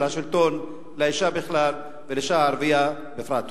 השלטון לאשה בכלל ולאשה הערבייה בפרט.